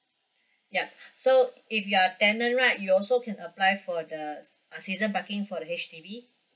yeah so if you are tenant right you also can apply for the season parking for the H_D_B